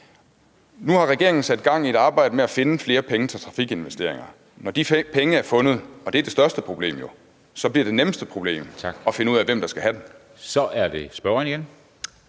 Nu har regeringen sat gang i et arbejde med at finde flere penge til trafikinvesteringer. Når de penge er fundet, og det er jo det største problem, så bliver det mindste problem at finde ud af, hvem der skal have dem. Kl. 16:42 Første